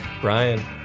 Brian